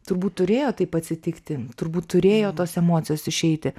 turbūt turėjo taip atsitikti turbūt turėjo tos emocijos išeiti